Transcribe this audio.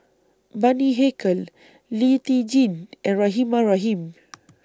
Bani Haykal Lee Tjin and Rahimah Rahim